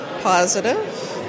positive